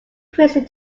crazy